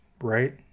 right